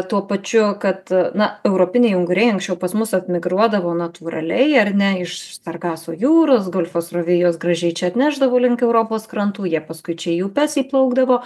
tuo pačiu kad na europiniai unguriai anksčiau pas mus atmigruodavo natūraliai ar ne iš sargaso jūros golfo srovė jos gražiai čia atnešdavo link europos krantų jie paskui čia į upes įplaukdavo